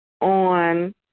on